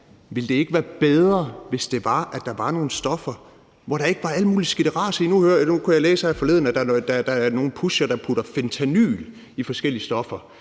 hvis det var sådan, at der var nogle stoffer, hvor der ikke var alt muligt skidteras i? Nu kunne jeg læse her forleden, at der er nogle pushere, der putter fentanyl i forskellige stoffer.